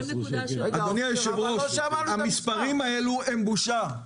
אדוני היושב-ראש, המספרים האלה הם בושה.